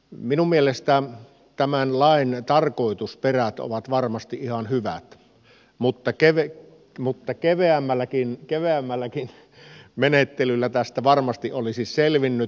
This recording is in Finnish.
minun mielestäni tämän lain tarkoitusperät ovat varmasti ihan hyvät mutta keveämmälläkin menettelyllä tästä varmasti olisi selvinnyt